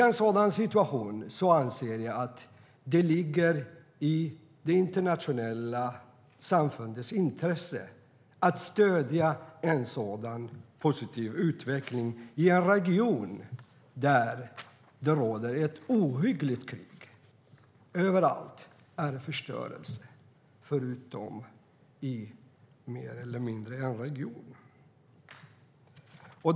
Jag anser att det ligger i det internationella samfundets intresse att stödja en sådan positiv utveckling i en region där det råder ett ohyggligt krig. Överallt är det förstörelse, förutom i mer eller mindre en region.